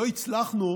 לא הצלחנו